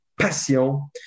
Passion